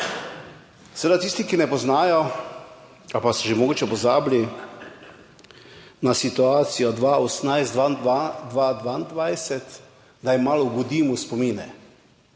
Seveda tisti, ki ne poznajo ali pa so že mogoče pozabili, na situacijo 2018-2022, da jim malo obudimo spomine.